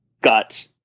got